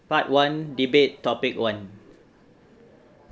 part one debate topic one